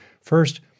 First